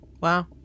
Wow